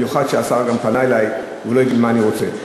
במיוחד שהשר גם פנה אלי והוא לא הבין מה אני רוצה.